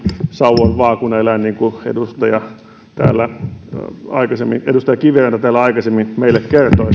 sauvon vaakunaeläin niin kuin edustaja kiviranta täällä aikaisemmin meille kertoi